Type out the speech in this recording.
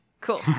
Cool